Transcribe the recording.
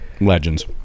legends